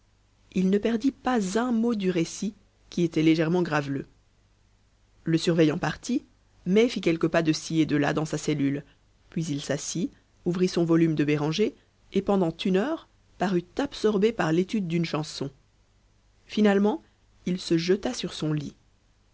il ne perdit pas un mot du récit qui était légèrement graveleux le surveillant parti mai fit quelques pas de ci et de là dans sa cellule puis il s'assit ouvrit son volume de béranger et pendant une heure parut absorbé par l'étude d'une chanson finalement il se jeta sur son lit